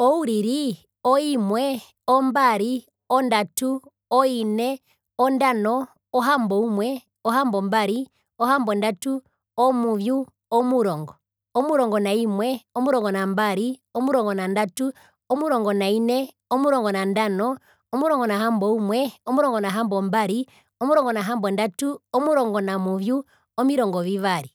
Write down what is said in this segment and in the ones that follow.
Ouriri. Oimwe, ombari. Ondatu. Oine. Ondano. Ohamboumwe. Ohambombari. Ohambondatu. Omuvyu. Omurongo. Omurongo naimwe. Omurongo nambari, omurongo nandatu. Omurongo naine. Omurongo nandano. Omurongo nahamboumwe, omurongo nahambombari. Omurongo nahambondatu. Omurongo namuvyu. Omirongo vivari.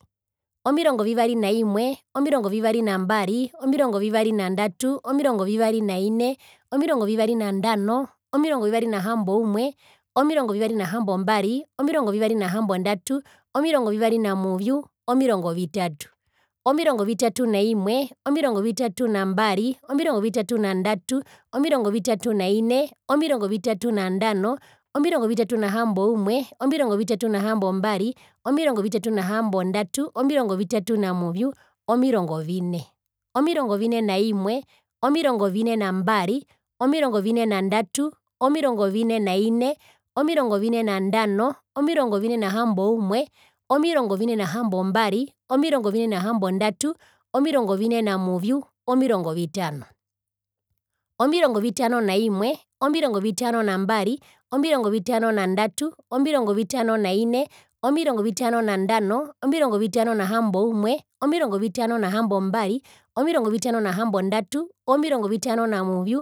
Omirongo vivari naimwe, omirongo vivari nambari, omirongo vivari nadatu. Omirongo vivari naine. Omirongo vivari nandano. Omirongo vivari nahamboumwe, omirongo vivari nahambombari, omirongo vivari nahambondatu. Omirongo vivari namuvju. Omirongo vitatu, omirongo vitatu naimwe. Omirongo vitatu nambambari, omirongo vitatu nandatu, omirongo vitatu naine. Omirongo vitatu nandano. Omirongo vitano nahamboumwe. Omirongo vitatu nahambombari. Omirongo vitatu nahambondatu. Omirongo vitatu namuvju. Omirongo vine. Omirongo vine naimwe, omirongo vine nambari. Omirongo vine ndatu. Omirongo vine naine. Omirongo vine nandano, omirongo vine nahamboumwe. Omirongo vine nahambombari. Omirongo vine nahambondatu, omirongo vine namuvyu, omirongo vitano, omirongo vitano naimwe, omirongo vitano nambari, omirongo vitano nandatu. Omirongo vitano naine. Omirongo vitano nandano, omirongo vitano nahamboumwe, omirongo vitano nahambombari. Omirongo vitano nahambondatu. Omirongo vitano namuvju.